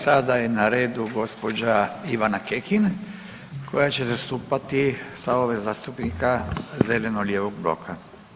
Sada je na redu gospođa Ivana Kekin koja će zastupati stavove zastupnika Zeleno-lijevog bloka.